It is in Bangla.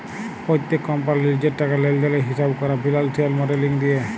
প্যত্তেক কম্পালির লিজের টাকা লেলদেলের হিঁসাব ক্যরা ফিল্যালসিয়াল মডেলিং দিয়ে